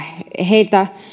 heiltä